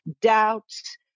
doubts